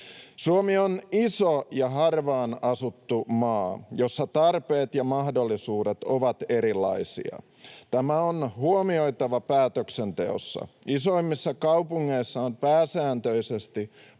Suomi on iso ja harvaan asuttu maa, jossa tarpeet ja mahdollisuudet ovat erilaisia. Tämä on huomioitava päätöksenteossa. Isoimmissa kaupungeissa on pääsääntöisesti